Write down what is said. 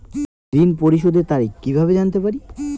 ঋণ পরিশোধের তারিখ কিভাবে জানতে পারি?